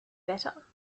better